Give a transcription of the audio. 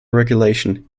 regulation